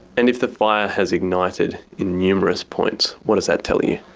and if the fire has ignited in numerous points, what does that tell you?